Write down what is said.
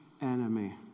enemy